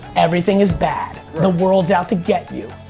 everything is bad. the world's out to get you.